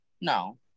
No